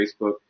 facebook